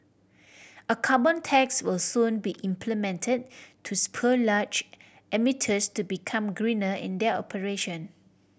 a carbon tax will soon be implement to spur large emitters to become greener in their operation